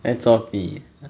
在作弊